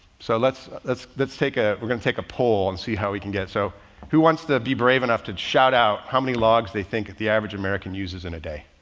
so let's, let's, let's take a, we're going to take a poll and see how he can get it. so who wants to be brave enough to shout out how many logs they think the average american uses in a day?